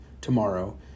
tomorrow